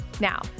Now